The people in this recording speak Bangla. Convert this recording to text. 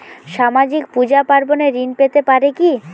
সামাজিক পূজা পার্বণে ঋণ পেতে পারে কি?